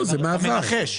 אתה מנחש.